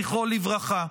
זכרו לברכה.